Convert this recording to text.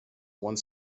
one